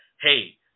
hey